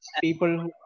people